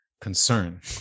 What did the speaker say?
concern